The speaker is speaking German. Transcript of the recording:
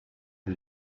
the